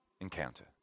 encounter